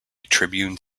tribune